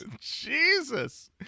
Jesus